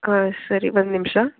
ಹಾಂ ಸರಿ ಒಂದು ನಿಮಿಷ